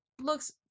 looks